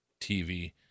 TV